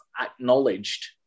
acknowledged